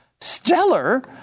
stellar